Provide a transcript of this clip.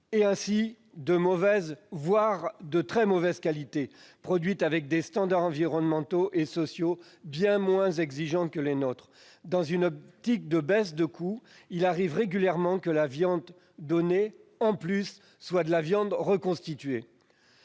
donc de mauvaise, voire de très mauvaise qualité, produite avec des standards environnementaux et sociaux bien moins exigeants que les nôtres. Pis, dans une perspective de baisse des coûts, il arrive régulièrement que la viande donnée soit de la viande reconstituée.